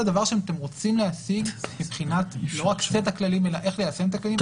הדבר שאתם רוצים להשיג לא רק מבחינת סט הכללים אלא איך ליישם את הכללים,